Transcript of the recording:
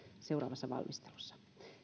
seuraavassa valmistelussa